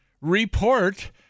report